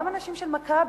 גם אנשים של "מכבי",